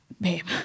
babe